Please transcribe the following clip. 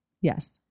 Yes